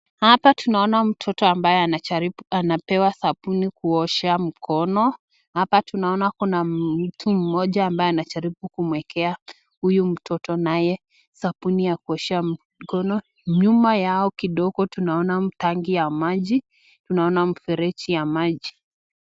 Hapa tunaona mtoto ambaye anajaribu anapewa sabuni kuoshea mkono. Hapa tunaona kuna mtu mmoja ambaye anajaribu kumuekea huyu mtoto nae sabuni ya kuoshea mkono. Nyuma yao kidogo, tunaona tanki ya maji. Tunaona mfereji ya maji.